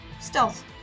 stealth